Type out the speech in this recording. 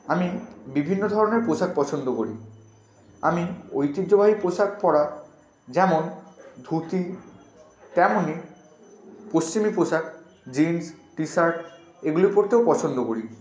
আমি বিভিন্ন ধরনের পোশাক পছন্দ করি আমি ঐতিহ্যবাহী পোশাক পরা যেমন ধুতি তেমনই পশ্চিমী পোশাক জিন্স টিশার্ট এগুলো পরতেও পছন্দ করি